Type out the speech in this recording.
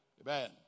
Amen